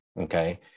Okay